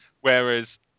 whereas